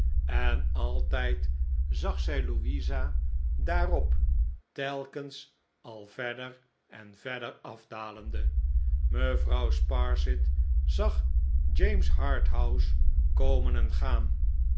en altijd zag zij louisa daarop telkens al verder en verder afdalende mevrouw sparsit zag james harthouse torn en en gaan